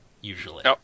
usually